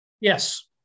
Yes